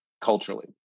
culturally